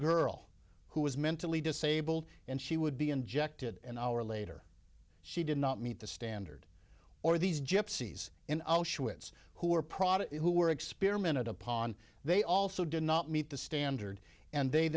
girl who was mentally disabled and she would be injected an hour later she did not meet the standard or these gypsies in auschwitz who are product who were experimented upon they also did not meet the standard and they